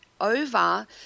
over